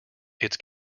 its